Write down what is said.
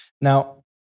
Now